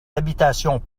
habitations